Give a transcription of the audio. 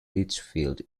lichfield